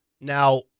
Now